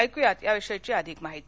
ऐकू या या विषयी अधिक माहिती